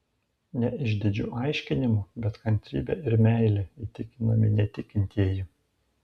ne išdidžiu aiškinimu bet kantrybe ir meile įtikinami netikintieji